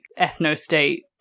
ethnostate